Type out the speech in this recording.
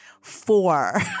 Four